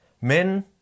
men